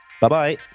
Bye-bye